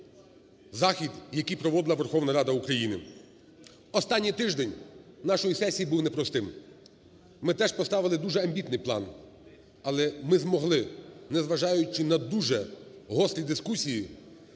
захід, який проводила Верховна Рада України. Останній тиждень нашої сесії був непростим. Ми теж поставили дуже амбітний план, але ми змогли незважаючи на дуже гострі дискусії,